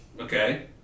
Okay